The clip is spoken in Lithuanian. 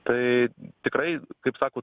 tai tikrai kaip sakot